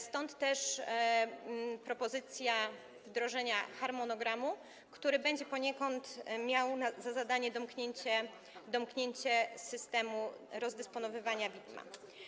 Stąd też propozycja wdrożenia harmonogramu, który będzie poniekąd miał za zadanie domknięcie systemu rozdysponowywania widma.